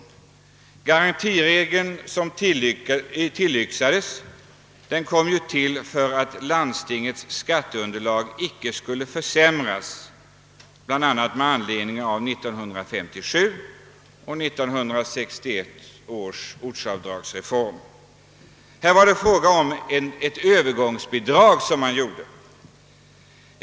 Den garantiregel som på sin tid tillyxades tillkom ju för att landstingets skatteunderlag inte skulle för sämras med anledning av bl.a. 1957 och 1961 års ortsavdragsreformer. Det var alltså fråga om ett övergångsbidrag.